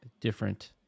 different